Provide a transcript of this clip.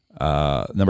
Number